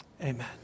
Amen